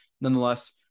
Nonetheless